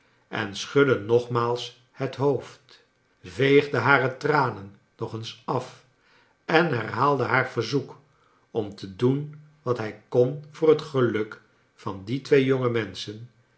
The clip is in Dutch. en schudde nogmaals het hoofd veegde hare tranen nog eens af en herhaalde haar verzoek om te doen wat hij kon voor het geluk van die twee jonge menschen